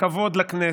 כבוד לכנסת.